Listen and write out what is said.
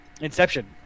Inception